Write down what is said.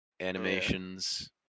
animations